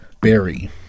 berry